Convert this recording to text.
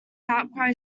outcry